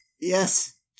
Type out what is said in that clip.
yes